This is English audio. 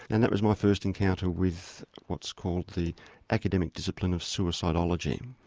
and that was my first encounter with what's called the academic discipline of suicidology.